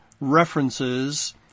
references